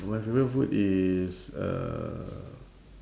my favourite food is uh